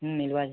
ହୁଁ ମିଲ୍ବାର୍